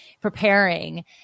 preparing